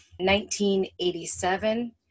1987